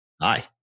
Hi